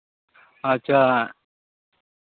ᱟᱪᱪᱷᱟ